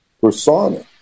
persona